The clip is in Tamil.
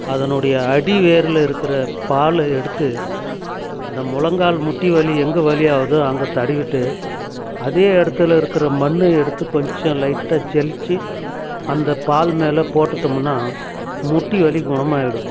அதனுடைய அடி வேரில் இருக்கிற பாலை எடுத்து இந்த முழங்கால் முட்டி வலி எங்கே வலியாவுதோ அங்கே தடவிவிட்டு அதே இடத்துல இருக்கிற மண்ணு எடுத்து கொஞ்சம் லைட்டாக ஜலிச்சு அந்த பால் மேலே போட்டுட்டோம்னா முட்டி வலி குணமாயிடும்